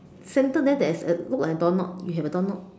center there there is a look like a door knob you have a door knob